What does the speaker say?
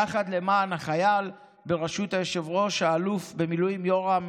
יחד למען החייל בראשות היושב-ראש האלוף במיל' יורם